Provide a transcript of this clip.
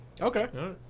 okay